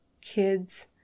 kids